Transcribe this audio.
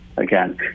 again